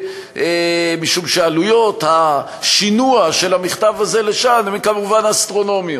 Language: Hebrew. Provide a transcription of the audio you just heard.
משום שעלויות השינוע של המכתב הזה לשם הן אסטרונומיות.